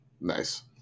Nice